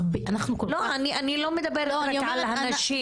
לא, אני לא מדברת רק על הנשים.